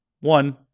one